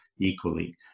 Equally